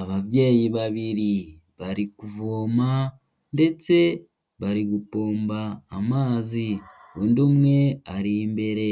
Ababyeyi babiri bari kuvoma ndetse bari gupomba amazi, undi umwe ari imbere